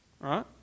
right